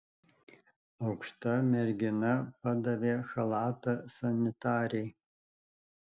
aukšta mergina padavė chalatą sanitarei